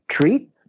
treat